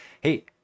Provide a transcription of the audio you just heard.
Hey